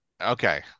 Okay